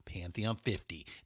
Pantheon50